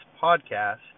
Podcast